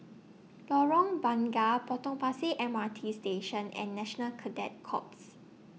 Lorong Bunga Potong Pasir M R T Station and National Cadet Corps